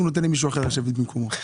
גפני נותן למישהו אחר לשבת במקומו.